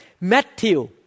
Matthew